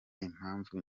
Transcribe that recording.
impamvu